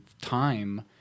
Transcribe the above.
time